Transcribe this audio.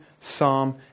Psalm